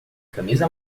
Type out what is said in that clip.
camisa